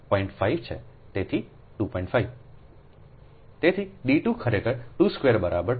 તેથી d 2 ખરેખર 2 square બરાબર 2